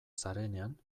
zarenean